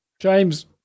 James